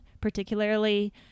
particularly